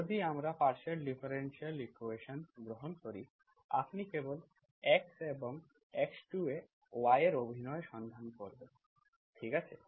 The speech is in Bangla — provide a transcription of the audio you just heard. যদি আমরা পার্শিয়াল ডিফারেনশিয়াল ইকুয়েশন্স গ্রহণ করি আপনি কেবল x1 এবং x2 এ y এর অভিনয় সন্ধান করবেন ঠিক আছে